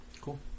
Cool